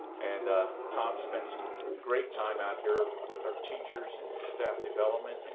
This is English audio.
and ah tom spent some great time out here with our teachers and staff development, and